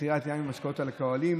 מכירת יין ומשקאות אלכוהוליים